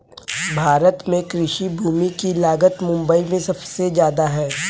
भारत में कृषि भूमि की लागत मुबई में सुबसे जादा है